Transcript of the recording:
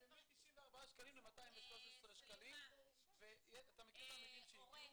-- זה מ-94 שקלים ל-212 שקלים ואתה מכיר תלמידים שהגיעו?